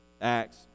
Acts